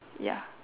ya